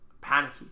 panicky